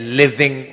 living